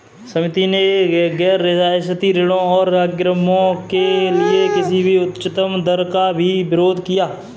समिति ने गैर रियायती ऋणों और अग्रिमों के लिए किसी भी उच्चतम दर का भी विरोध किया